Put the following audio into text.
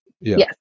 Yes